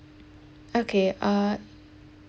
okay uh